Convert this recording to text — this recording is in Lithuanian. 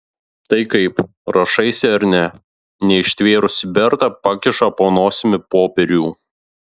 tai kaip rašaisi ar ne neištvėrusi berta pakiša po nosimi popierių